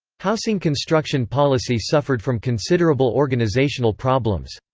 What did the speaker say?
housing construction policy suffered from considerable organisational problems.